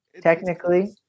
technically